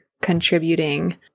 contributing